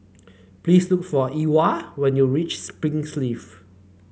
please look for Ewald when you reach Springleaf